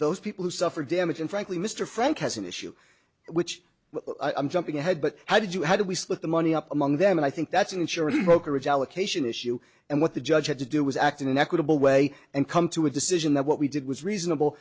those people who suffer damage and frankly mr frank has an issue which i'm jumping ahead but how did you how do we split the money up among them and i think that's an insurance brokerage allocation issue and what the judge had to do was act in an equitable way and come to a decision that what we did was reasonable